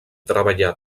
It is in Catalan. treballar